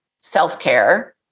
self-care